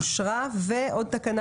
אושרה פה אחד.